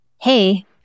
hey